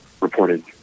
reported